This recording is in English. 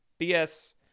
BS